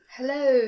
Hello